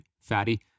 fatty